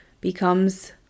becomes